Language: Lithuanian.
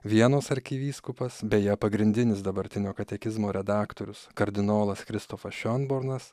vienos arkivyskupas beje pagrindinis dabartinio katekizmo redaktorius kardinolas kristofas šionbornas